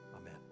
Amen